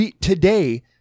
Today